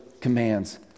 commands